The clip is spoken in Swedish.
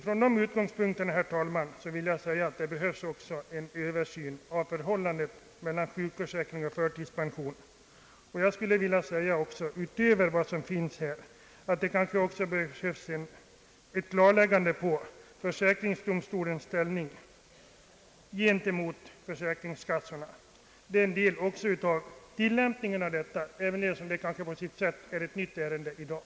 Från denna utgångspunkt, herr talman, vill jag säga att det behövs en översyn av förhållandet mellan sjukförsäkring och förtidspension. Det kanske också skulle behövas ett klarläggande beträffande försäkringsdomstolens ställning gentemot försäkringskassorna — som ju berörs av tillämpningen — även om detta kanske på sitt sätt är ett nytt ärende i dag.